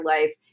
life